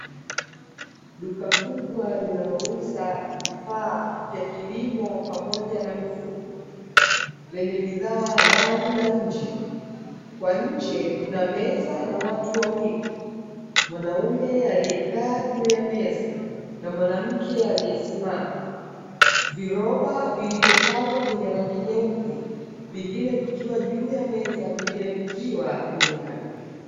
Duka kubwa linalouza vifaa vya kilimo pamoja na mifugo lenye bidhaa ndani na nje kwa nje kuna meza na watu wawili mwanaume, aliekaa juu ya meza na mwanamke aliesimama, viroba vyenye rangi nyeupe vilivyopangwa juu ya meza na vingine kwenye ardhi.